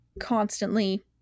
constantly